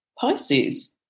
Pisces